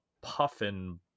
puffin